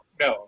no